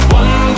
one